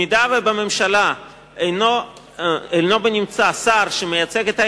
אם בממשלה אין בנמצא שר שמייצג את העדה,